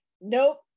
nope